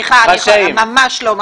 סליחה, ממש לא.